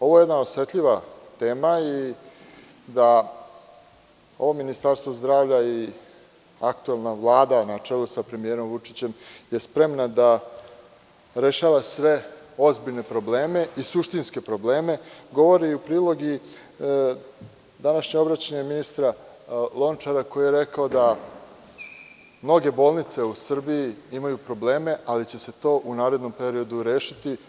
Ovo je jedna osetljiva tema i ovo Ministarstvo zdravlja i aktuelna Vlada na čelu sa premijerom Vučićem je spremna da rešava sve ozbiljne probleme i suštinske probleme, govori u prilog i današnje obraćanje ministra Lončara koji je rekao da mnoge bolnice u Srbiji imaju probleme, ali će se to u narednom periodu rešiti.